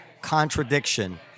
contradiction